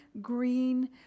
green